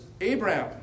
Abraham